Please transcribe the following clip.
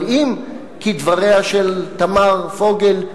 אבל אם, כדבריה של תמר פוגל,